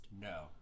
no